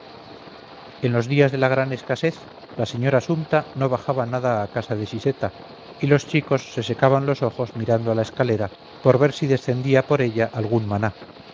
en los días de la gran escasez la señora sumta no bajaba nada a casa de siseta y los chicos se secaban los ojos mirando a la escalera por ver si descendía por ella algún maná